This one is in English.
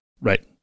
Right